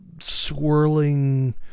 swirling